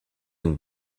and